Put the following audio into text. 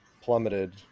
plummeted